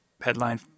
headline